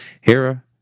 Hera